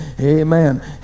amen